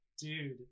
Dude